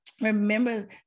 remember